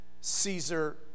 Caesar